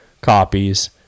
copies